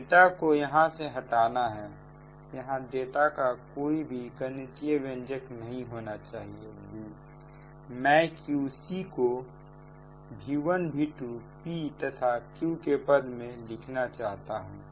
delta को यहां से हटाना है यहां डाटा का कोई भी गणितीय व्यंजक नहीं होना चाहिए मैं Qc को V1V2P तथा Q के पद में लिखना चाहता हूं